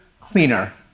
cleaner